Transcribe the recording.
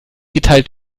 geteilt